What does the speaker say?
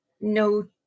no